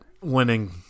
winning